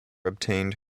obtained